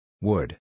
Wood